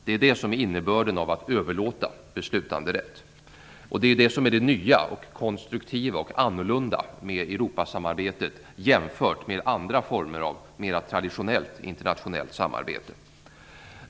Det är det som är innebörden av att överlåta beslutanderätt, och det är det som är det nya, konstruktiva och annorlunda med Europasamarbetet jämfört med andra former av mera traditionellt internationellt samarbete.